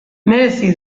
merezi